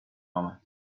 آمد